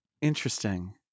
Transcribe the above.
Interesting